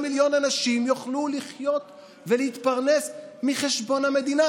מיליון אנשים יוכלו לחיות ולהתפרנס מחשבון המדינה,